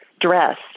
dress